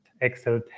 excel